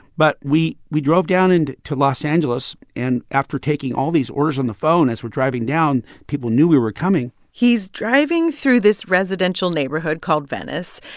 but we we drove down and to los angeles. and after taking all these orders on the phone, as we're driving down, people knew we were coming he's driving through this residential neighborhood called venice,